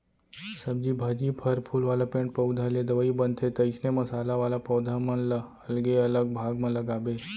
सब्जी भाजी, फर फूल वाला पेड़ पउधा ले दवई बनथे, तइसने मसाला वाला पौधा मन ल अलगे अलग भाग म लगाबे